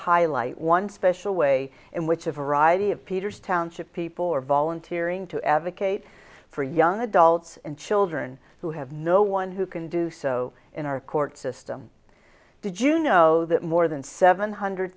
highlight one special way in which a variety of peters township people are volunteering to advocate for young adults and children who have no one who can do so in our court system did you know that more than seven hundred